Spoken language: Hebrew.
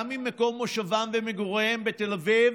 גם אם מקום מושבם ומגוריהם בתל אביב,